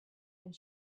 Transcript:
and